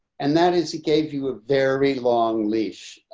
and that is he gave you a very long leash.